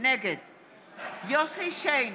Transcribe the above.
נגד יוסף שיין,